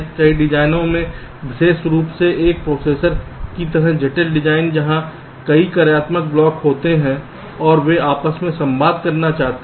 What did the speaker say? कई डिजाइनों में विशेष रूप से एक प्रोसेसर की तरह जटिल डिजाइन जहां कई कार्यात्मक ब्लॉक होते हैंऔर वे आपस में संवाद करना चाहते हैं